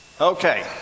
Okay